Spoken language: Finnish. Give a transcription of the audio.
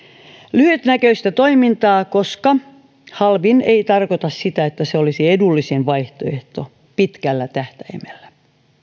lyhytnäköistä toimintaa koska halvin ei tarkoita sitä että se olisi edullisin vaihtoehto pitkällä tähtäimellä